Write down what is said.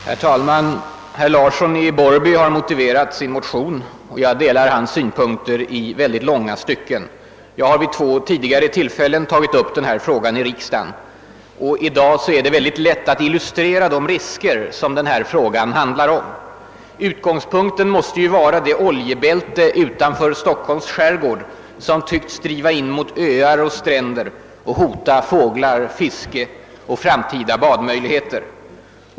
Herr talman! Herr Larsson i Borrby har motiverat sin motion, och jag delar hans synpunkter i långa stycken. Jag har vid två tillfällen tidigare tagit upp den här frågan i riksdagen. I dag är det lätt att illustrera de risker som saken gäller. Utgångspunkten kan vara det oljebälte utanför Stockholms skärgård som tycks driva in mot öar och stränder och hota fåglar, fiske och framtida badmöjligheter.